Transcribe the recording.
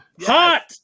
Hot